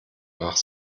nach